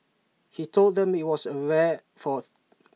he told them that IT was rare for